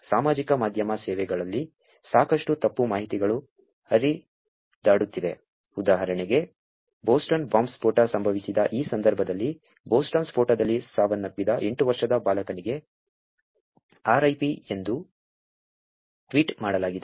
ಸಾಮಾಜಿಕ ಮಾಧ್ಯಮ ಸೇವೆಗಳಲ್ಲಿ ಸಾಕಷ್ಟು ತಪ್ಪು ಮಾಹಿತಿಗಳು ಹರಿದಾಡುತ್ತಿವೆ ಉದಾಹರಣೆಗೆ ಬೋಸ್ಟನ್ ಬಾಂಬ್ ಸ್ಫೋಟ ಸಂಭವಿಸಿದ ಈ ಸಂದರ್ಭದಲ್ಲಿ ಬೋಸ್ಟನ್ ಸ್ಫೋಟದಲ್ಲಿ ಸಾವನ್ನಪ್ಪಿದ 8 ವರ್ಷದ ಬಾಲಕನಿಗೆ ಆರ್ಐಪಿ ಎಂದು ಟ್ವೀಟ್ ಮಾಡಲಾಗಿದೆ